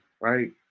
right